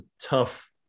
tough